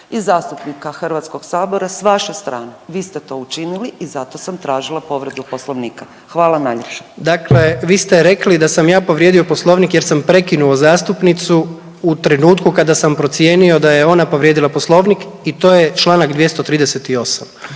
i zastupnica HS-a s vaše strane, vi ste to učinili i zato sam tražila povredu poslovnika. Hvala najljepša. **Jandroković, Gordan (HDZ)** Dakle, vi ste rekli da sam ja povrijedio Poslovnik jer sam prekinuo zastupnicu u trenutku kada sam procijenio da je ona povrijedila Poslovnik i to je čl. 238..